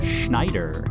Schneider